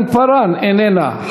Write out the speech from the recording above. איננה,